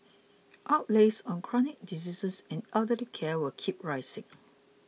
outlays on chronic diseases and elderly care will keep rising